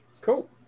Cool